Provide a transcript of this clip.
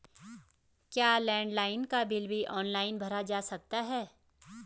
क्या लैंडलाइन का बिल भी ऑनलाइन भरा जा सकता है?